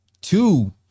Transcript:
Two